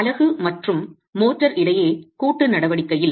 அலகு மற்றும் மோர்ட்டார் இடையே கூட்டு நடவடிக்கையில்